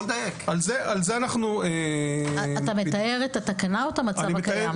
אתה מתאר את התקנה או את המצב הקיים?